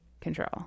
control